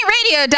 Radio